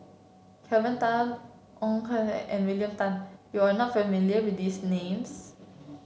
Kelvin Tan Ong Kian and William Tan you are not familiar with these names